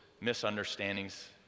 misunderstandings